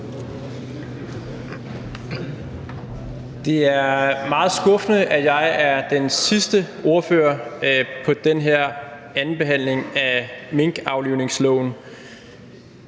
Det er meget skuffende, at jeg er den sidste ordfører på den her andenbehandling af minkavlivningsloven.